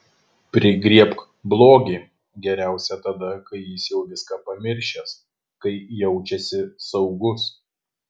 prigriebk blogį geriausia tada kai jis jau viską pamiršęs kai jaučiasi saugus